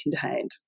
contained